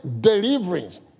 deliverance